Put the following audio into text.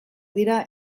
dira